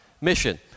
mission